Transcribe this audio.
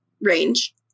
range